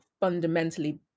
fundamentally